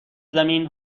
زمین